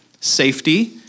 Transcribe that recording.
safety